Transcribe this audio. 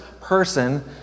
person